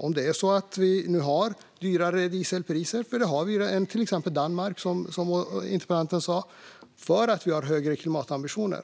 Om vi har dyrare dieselpriser - det har vi - än till exempel Danmark, vilket interpellanten sa, eftersom vi har högre klimatambitioner